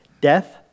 Death